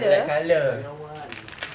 black colour below [one]